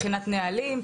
מבחינת נהלים,